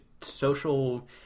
social